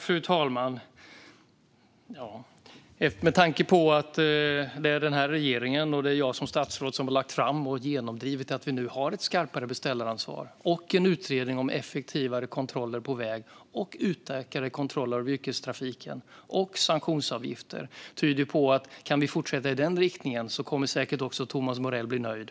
Fru talman! Med tanke på att det är den här regeringen och jag som statsråd som har lagt fram och genomdrivit att vi nu har ett skarpare beställaransvar och en utredning om effektivare kontroller på väg, och utökade kontroller av yrkestrafiken och sanktionsavgifter kan jag säga: Kan vi fortsätta i den riktningen kommer säkert också Thomas Morell att bli nöjd.